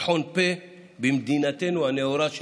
פתחון פה במדינתנו הנאורה,